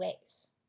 ways